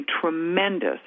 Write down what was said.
tremendous